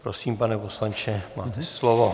Prosím, pane poslanče, máte slovo.